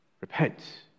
repent